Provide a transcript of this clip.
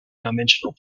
dimensional